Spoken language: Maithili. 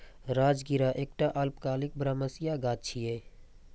राजगिरा एकटा अल्पकालिक बरमसिया गाछ छियै